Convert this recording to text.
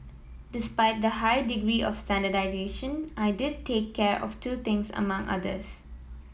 despite the high degree of standardisation I did take care of two things among others